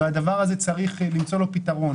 לדבר הזה צריך למצוא פתרון.